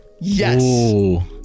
Yes